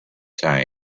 tank